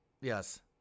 Yes